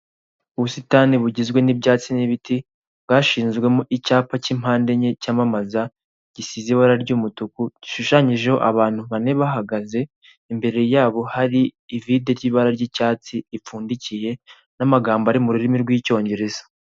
Ubusitani bugizwe n'ibyatsi n'ibiti, bwashinzwemo icyapa k'impande enye cyamamaza, gisize ibara ry'umutuku, gishushanijeho abantu bane bahagaze, imbere yabo hari ivide ry'ibara ry'icyatsi ripfundikiye, n'amagambo ari mu rurimi rw'icyongereza.